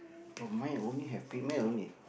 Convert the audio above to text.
oh mine only have female only